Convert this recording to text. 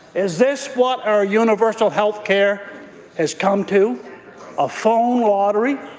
is this what our universal health care has come to a phone lottery?